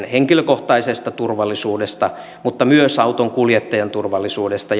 henkilökohtaisesta turvallisuudesta mutta myös autonkuljettajan turvallisuudesta